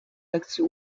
lekcji